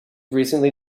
recently